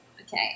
Okay